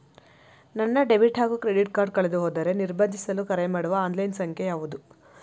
ನನ್ನ ಡೆಬಿಟ್ ಹಾಗೂ credit card ಕಳೆದುಹೋದರೆ ನಿರ್ಬಂಧಿಸಲು ಕರೆಮಾಡುವ ಆನ್ಲೈನ್ ಸಂಖ್ಯೆಯಾವುದು?